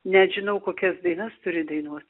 net žinau kokias dainas turi dainuot